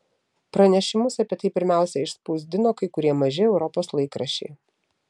pranešimus apie tai pirmiausia išspausdino kai kurie maži europos laikraščiai